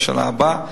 בשנה הבאה,